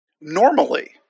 Normally